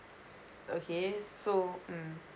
okay so mm